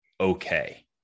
okay